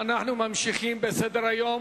ממשיכים בסדר-היום